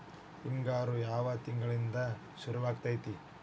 ಹಿಂಗಾರು ಯಾವ ತಿಂಗಳಿನಿಂದ ಶುರುವಾಗತೈತಿ?